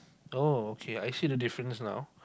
oh okay I see the difference now